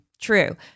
True